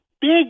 big